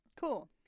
Cool